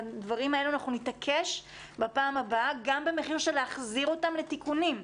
הדברים האלה אנחנו נתעקש בפעם הבאה גם במחיר של להחזיר אותם לתיקונים.